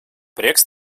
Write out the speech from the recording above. prieks